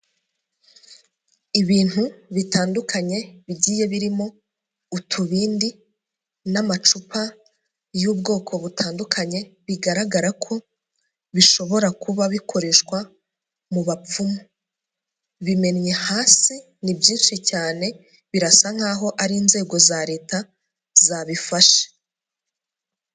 Ibintu bitandukanye bigiye birimo utubindi n'amacupa y'ubwoko butandukanye, bigaragara ko bishobora kuba bikoreshwa mu bapfumu. Bimennye hasi ni byinshi cyane, birasa nk'aho ari inzego za leta zabifashe.